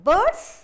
Birds